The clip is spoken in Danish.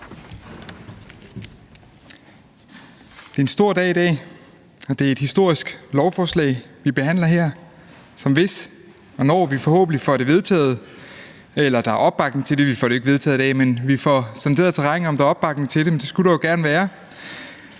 Det er en stor dag i dag, og det er et historisk lovforslag, vi behandler her, som, hvis og når vi forhåbentlig får det vedtaget – vi får det jo ikke vedtaget i dag, men vi får sonderet terrænet, i forhold til om der er opbakning til det, men det skulle der jo gerne være